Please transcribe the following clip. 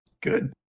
good